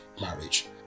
marriage